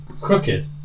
Crooked